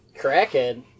Crackhead